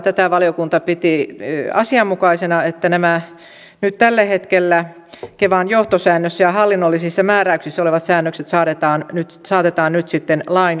tätä valiokunta piti asianmukaisena että nämä tällä hetkellä kevan johtosäännössä ja hallinnollisissa määräyksissä olevat säännökset saatetaan nyt sitten lain tasolle